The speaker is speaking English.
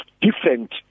different